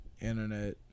internet